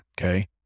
okay